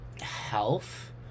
health